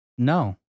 No